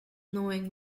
knowing